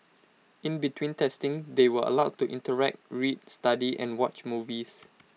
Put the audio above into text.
in between testing they were allowed to interact read study and watch movies